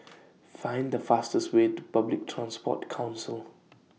Find The fastest Way to Public Transport Council